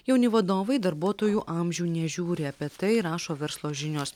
jauni vadovai darbuotojų amžių nežiūri apie tai rašo verslo žinios